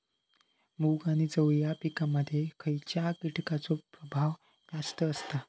मूग आणि चवळी या पिकांमध्ये खैयच्या कीटकांचो प्रभाव जास्त असता?